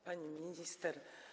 Pani Minister!